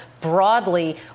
broadly